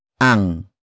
ang